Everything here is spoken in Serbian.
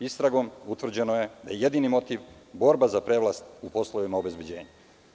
Istragom utvrđeno je da je jedini motiv borba za prevlast u poslovima obezbeđenja.